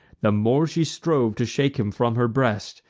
the more she strove to shake him from her breast,